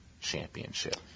championship